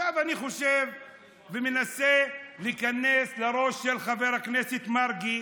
עכשיו אני חושב ומנסה להיכנס לראש של חבר הכנסת מרגי